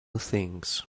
things